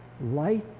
light